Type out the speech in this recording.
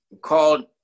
called